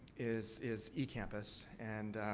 is is ecampus. and,